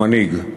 המנהיג,